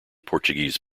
portuguese